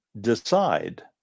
decide